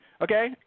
Okay